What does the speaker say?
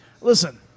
Listen